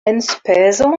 enspezo